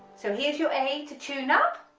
so here's your a to tune up